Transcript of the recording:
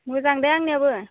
मोजां दे आंनियाबो